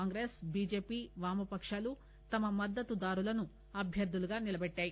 Congress BJP వామపకాలు తమ మద్దతు దారులను అభ్యర్థులుగా నిలబెట్టాయి